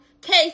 case